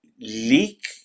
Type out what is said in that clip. leak